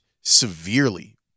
severely